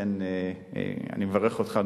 לכן אני מברך אותך,